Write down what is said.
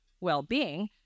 well-being